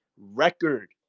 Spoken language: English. Record